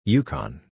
Yukon